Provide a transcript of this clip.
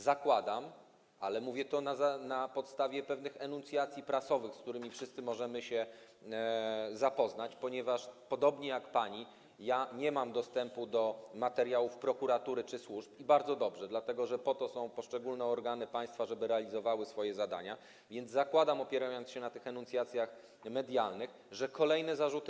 Zakładam, ale mówię to na podstawie pewnych enuncjacji prasowych, z którymi wszyscy możemy się zapoznać, ponieważ podobnie jak pani nie mam dostępu do materiałów prokuratury czy służb, i bardzo dobrze, dlatego że po to są poszczególne organy państwa, żeby realizowały swoje zadania, zakładam, opierając się na tych enuncjacjach medialnych, że będą stawiane kolejne zarzuty.